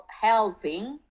helping